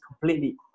completely